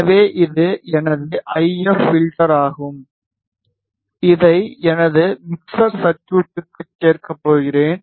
எனவே இது எனது ஐஎப் பில்டர் ஆகும் இதை எனது மிக்ஸர் சர்குய்ட்க்குச் சேர்க்கப் போகிறேன்